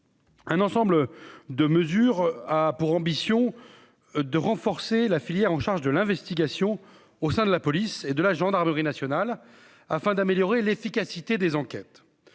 Un ensemble de mesures a pour ambition de renforcer la filière en charge de l'investigation au sein de la police et de la gendarmerie nationale afin d'améliorer l'efficacité des enquêtes,